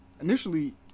initially